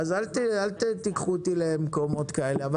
אז אל תיקחו אותי למקומות כאלה.